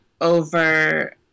over